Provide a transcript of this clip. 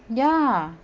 ya